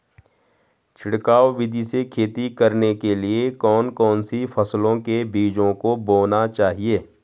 छिड़काव विधि से खेती करने के लिए कौन कौन सी फसलों के बीजों को बोना चाहिए?